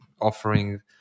offering